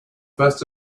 first